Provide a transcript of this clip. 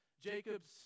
Jacob's